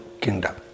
kingdom